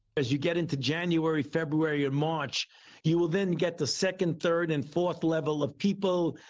as you get into january, february, and march you will then get the second, third, and fourth level of people.